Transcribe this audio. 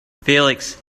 felix